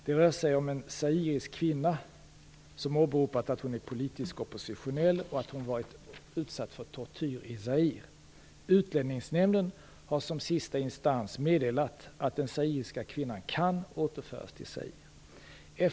Det rör sig om en zairisk kvinna som åberopat att hon är politisk oppositionell och att hon varit utsatt för tortyr i Zaire. Utlänningsnämnden har som sista instans meddelat att den zairiska kvinnan kan återföras till Zaire.